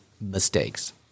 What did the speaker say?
mistakes